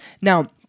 Now